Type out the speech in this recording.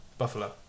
Buffalo